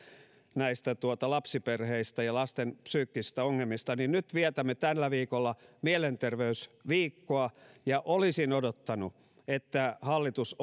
näistä lapsiperheistä ja lasten psyykkisistä ongelmista niin nyt vietämme tällä viikolla mielenterveysviikkoa olisin odottanut että hallitus